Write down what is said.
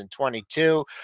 2022